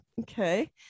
okay